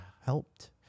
helped